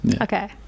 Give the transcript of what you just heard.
Okay